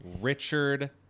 Richard